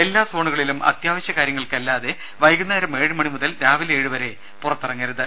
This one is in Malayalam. എല്ലാ സോണുകളിലും അത്യാവശ്യ കാര്യങ്ങൾക്കല്ലാതെ വൈകുന്നേരം ഏഴു മണിമുതൽ രാവിലെ ഏഴു മണി വരെ പുറത്തിറങ്ങരുത്